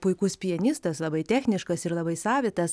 puikus pianistas labai techniškas ir labai savitas